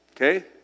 Okay